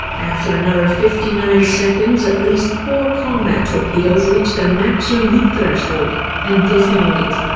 after another fifty nine seconds, at least four combat torpedoes reached their maximum heat threshold and detonated.